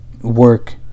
work